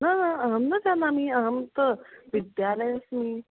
हा अहं न जानामि अहं तु विद्यालयेस्मि